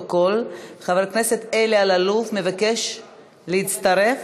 34 חברי כנסת בעד, אין מתנגדים,